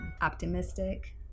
optimistic